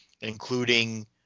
including